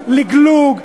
לגלוג,